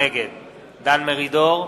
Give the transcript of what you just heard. נגד דן מרידור,